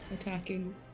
Attacking